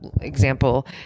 example